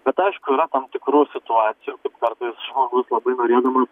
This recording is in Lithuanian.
bet aišku yra tam tikrų situacijų kaip kartais žmogus labai norėdamas